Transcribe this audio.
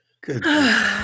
Good